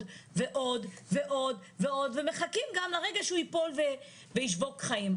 ועוד ועוד ועוד ומחכים לרגע שהוא ייפול וישבוק חיים.